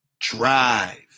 drive